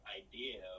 idea